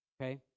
okay